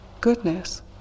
goodness